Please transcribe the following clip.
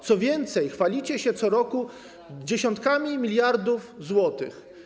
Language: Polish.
Co więcej, chwalicie się co roku dziesiątkami miliardów złotych.